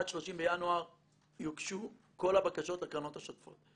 עד 30 בינואר יוגשו כל הבקשות לקרנות השוטפות.